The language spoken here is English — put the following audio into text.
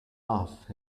off